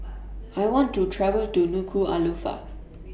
I want to travel to Nuku'Alofa